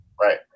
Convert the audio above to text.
Right